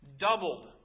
doubled